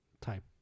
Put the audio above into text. type